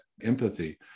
empathy